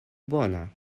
bona